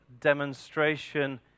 demonstration